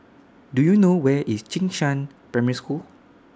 Do YOU know Where IS Jing Shan Primary School